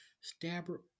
Stabber